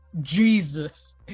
Jesus